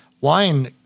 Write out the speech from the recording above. wine